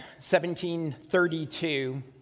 1732